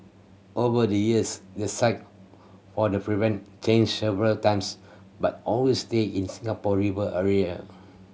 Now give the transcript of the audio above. over the years the site for the prevent changed several times but always stayed in Singapore River area